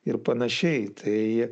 ir panašiai tai